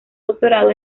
doctorado